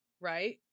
right